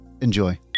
Enjoy